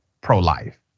pro-life